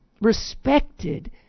respected